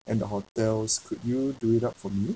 and the hotels could you do it up for me